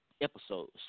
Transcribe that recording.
episodes